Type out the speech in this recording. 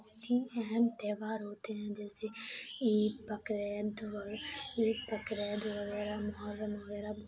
بہت ہی اہم تہوار ہوتے ہیں جیسے عید بقرعید وغیرہ عید بقرعید وغیرہ محرم وغیرہ